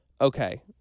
okay